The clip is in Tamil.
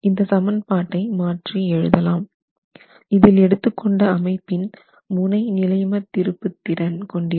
இந்த சமன்பாட்டை மாற்றி எழுதலாம் இதில் எடுத்து கொண்ட அமைப்பின் முனைநிலைமத் திருப்புத்திறன் கொண்டிருக்கும்